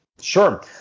Sure